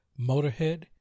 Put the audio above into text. Motorhead